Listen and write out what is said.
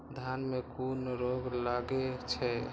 धान में कुन रोग लागे छै?